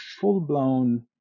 full-blown